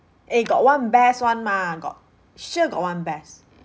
eh got one best one mah got sure got one best